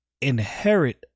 inherit